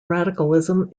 radicalism